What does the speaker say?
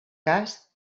cas